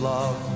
Love